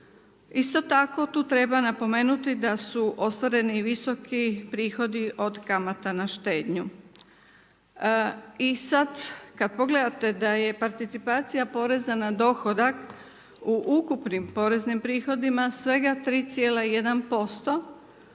Isto tako, tu treba napomenuti da su ostvareni visoki prihod od kamata na štednju. I sad kad pogledate, da je participacija poreza na dohodak u ukupnim poreznim prihodima, svega 3,1%.